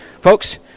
Folks